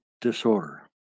Disorder